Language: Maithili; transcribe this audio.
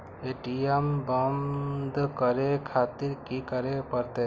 ए.टी.एम बंद करें खातिर की करें परतें?